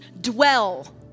dwell